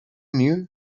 knew